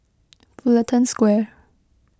Fullerton Square